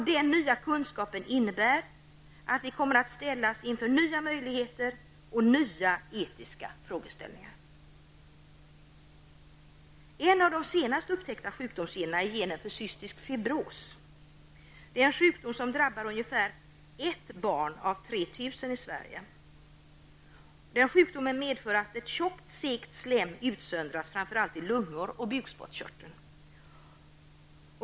Den nya kunskapen kommer att ställa oss inför nya möjligheter och nya etiska frågeställningar. En av de senaste upptäckta sjukdomsgenerna är genen för cystisk fibros, en sjukdom som drabbar ungefär ett barn av 3 000 i Sverige. Sjukdomen medför att ett tjockt, segt slem utsöndras framför allt i lungor och bukspottskörteln.